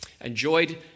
enjoyed